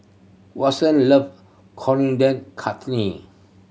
Watson love Coriander Chutney